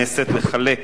את הצעת חוק